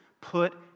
Put